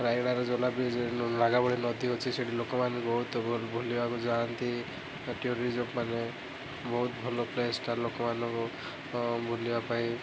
ରାୟଗଡ଼ାର ଝୁଲା ବ୍ରିଜରେ ନାଗାବଳୀ ନଦୀ ଅଛି ସେଇଠି ଲୋକମାନେ ବହୁତ ବୁଲିବାକୁ ଯାଆନ୍ତି ମାନେ ବହୁତ ଭଲ ପ୍ଲେସ୍ ଟା ଲୋକମାନଙ୍କ ବୁଲିବା ପାଇଁ